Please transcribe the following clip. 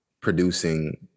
producing